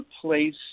place